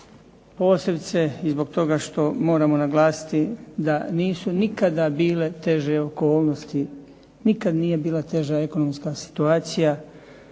posebice i zbog toga što moramo naglasiti da nisu nikada bile teže okolnosti, nikad nije bila teža ekonomska situacija